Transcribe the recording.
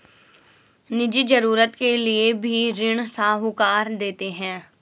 निजी जरूरत के लिए भी ऋण साहूकार देते हैं